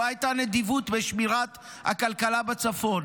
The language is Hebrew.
לא הייתה נדיבות בשמירת הכלכלה בצפון.